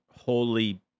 holy